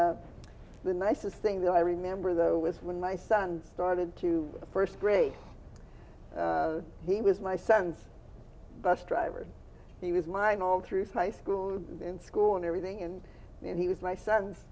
and the nicest thing that i remember though was when my son started to first grade he was my son's bus driver he was my all through high school in school and everything and he was my son's